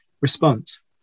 response